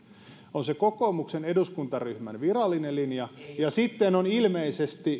on se kokoomuksen eduskuntaryhmän virallinen linja ja sitten on ilmeisesti